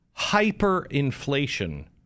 hyperinflation